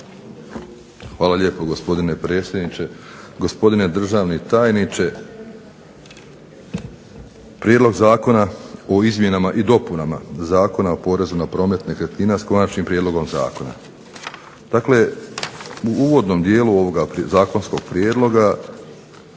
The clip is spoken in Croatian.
Hvala lijepo gospdine predsjedniče, gospodine državni tajniče. Prijedlog Zakona o izmjenama i dopunama Zakona o porezu na promet nekretnina, s konačnim prijedlogom zakona. Dakle, u uvodnom dijelu ovoga zakonskog prijedloga